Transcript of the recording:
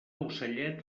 ocellet